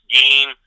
game